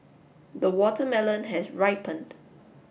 the watermelon has ripened